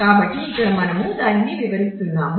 కాబట్టి ఇక్కడ మనము దానిని వివరిస్తున్నాము